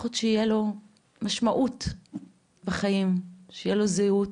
שלפחות תהיה לו משמעות בחיים, שתהיה לו זהות